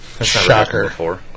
Shocker